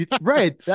right